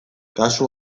kasu